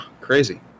Crazy